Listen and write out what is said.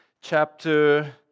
chapter